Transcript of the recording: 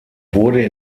wurde